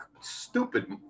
stupid